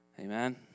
Amen